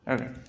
Okay